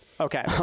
Okay